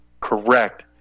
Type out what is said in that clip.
correct